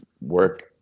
work